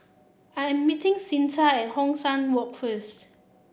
I am meeting Cyntha at Hong San Walk first